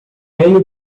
meio